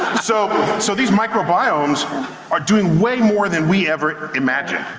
so so these microbiomes are doing way more than we ever imagined.